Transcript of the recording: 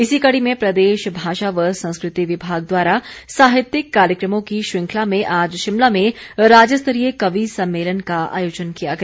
इसी कड़ी में प्रदेश भाषा व संस्कृति विभाग द्वारा साहित्यिक कार्यकमों की श्रृंखला में आज शिमला में राज्य स्तरीय कवि सम्मेलन का आयोजन किया गया